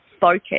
focus